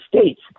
states